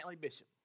Bishop